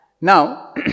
Now